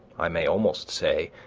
i may almost say,